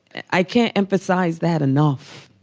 i can't emphasize that enough,